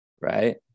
Right